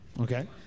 Okay